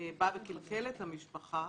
בא וקלקל את המשפחה,